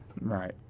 Right